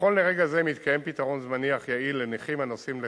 נכון לרגע זה מתקיים פתרון זמני אך יעיל לנכים הנוסעים לחו"ל,